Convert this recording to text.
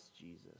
Jesus